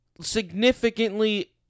significantly